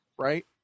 Right